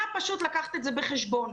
נא פשוט לקחת את זה בחשבון.